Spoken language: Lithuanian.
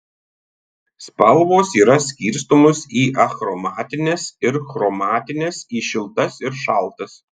spalvos yra skirstomos į achromatines ir chromatines į šiltas ir šaltas